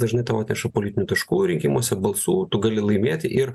dažnai tau atneša politinių taškų rinkimuose balsų tu gali laimėti ir